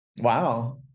Wow